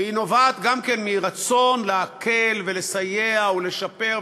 והיא נובעת גם כן מרצון להקל ולסייע ולשפר.